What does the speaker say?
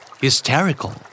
Hysterical